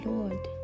Lord